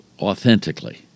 authentically